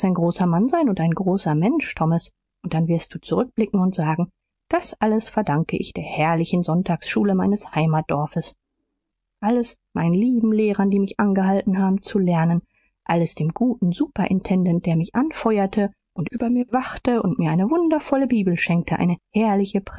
ein großer mann sein und ein großer mensch thomas und dann wirst du zurückblicken und sagen das alles verdanke ich der herrlichen sonntagsschule meines heimatsdorfes alles meinen lieben lehrern die mich angehalten haben zu lernen alles dem guten superintendenten der mich anfeuerte und über mir wachte und mir eine wundervolle bibel schenkte eine herrliche